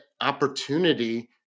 opportunity